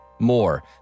more